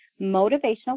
motivational